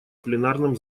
пленарном